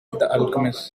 alchemist